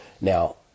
Now